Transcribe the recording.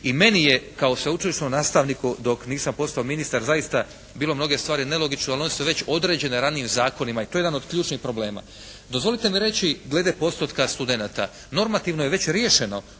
I meni je kao sveučilišnom nastavniku dok nisam postao ministar zaista bilo mnoge stvari nelogične, ali one su već određene ranijim zakonima, i to je jedan od ključnih problema. Dozvolite mi reći glede postotka studenata. Normativno je već riješeno